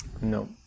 No